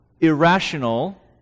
irrational